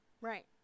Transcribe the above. Right